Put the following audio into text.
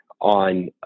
on